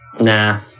Nah